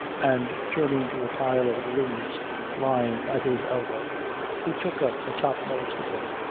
and turning to a pile of agreements lying at his elbow he took up the topmost of them.